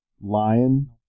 Lion